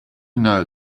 know